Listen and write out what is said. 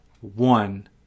one